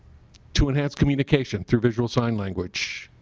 to enhance communication through visual sign language.